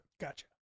Gotcha